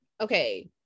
okay